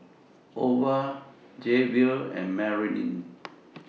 Ova Jayvion and Marylin